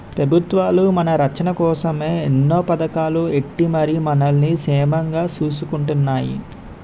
పెబుత్వాలు మన రచ్చన కోసమే ఎన్నో పదకాలు ఎట్టి మరి మనల్ని సేమంగా సూసుకుంటున్నాయి